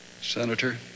Senator